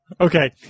Okay